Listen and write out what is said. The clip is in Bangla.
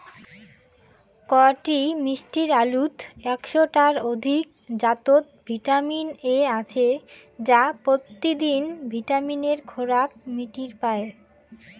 কটি মিষ্টি আলুত একশ টার অধিক জাতত ভিটামিন এ আছে যা পত্যিদিন ভিটামিনের খোরাক মিটির পায়